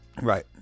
Right